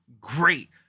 Great